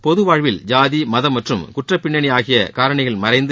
பொதுவாழ்வில் ஜாதி மதம் மற்றும் குற்றப் பின்னணி ஆகிய காரணிகள் மறைந்து